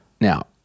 Now